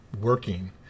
working